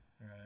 Right